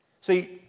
See